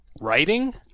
Writing